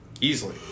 Easily